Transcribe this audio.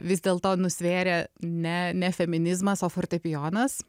vis dėlto nusvėrė ne ne feminizmas o fortepijonas